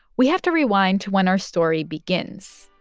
we have to rewind to when our story begins,